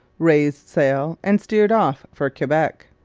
raised sail, and steered off for quebec.